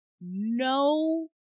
no